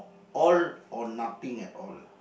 all or nothing at all